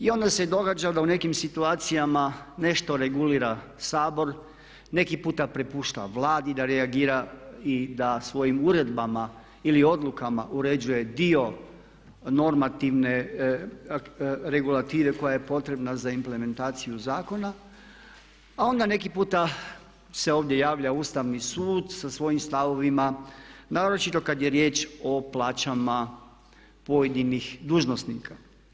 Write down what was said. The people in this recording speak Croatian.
I onda se događa da u nekim situacijama nešto regulira Sabor, neki puta prepušta Vladi da reagira i da svojim uredbama ili odlukama uređuje dio normativne regulative koja je potrebna za implementaciju zakona a onda neki puta se ovdje javlja Ustavni sud sa svojim stavovima, naročito kad je riječ o plaćama pojedinih dužnosnika.